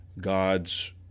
God's